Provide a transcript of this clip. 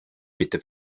mitte